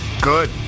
Good